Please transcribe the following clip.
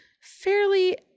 fairly